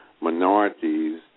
minorities